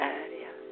area